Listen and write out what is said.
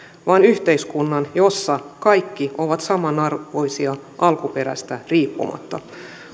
vaan yhteiskunnan jossa kaikki ovat samanarvoisia alkuperästä riippumatta